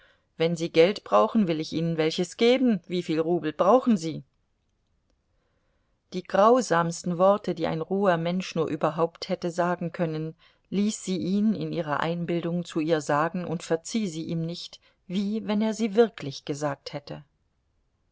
wenn sie geld brauchen will ich ihnen welches geben wieviel rubel brauchen sie die grausamsten worte die ein roher mensch nur überhaupt hätte sagen können ließ sie ihn in ihrer einbildung zu ihr sagen und verzieh sie ihm nicht wie wenn er sie wirklich gesagt hätte